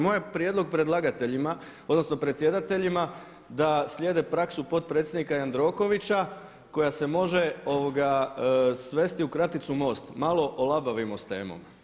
Moj je prijedlog predlagateljima odnosno predsjedateljima da slijede praksu potpredsjednika Jandrokovića koja se može svesti u kraticu MOST, malo olabavimo s temom.